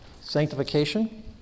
Sanctification